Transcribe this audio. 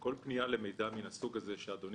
אני מציע שכל פנייה למידע מהסוג הזה שאדוני